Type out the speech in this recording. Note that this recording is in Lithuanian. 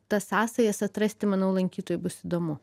tas sąsajas atrasti manau lankytojui bus įdomu